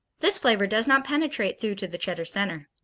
this flavor does not penetrate through to the cheddar center.